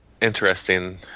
Interesting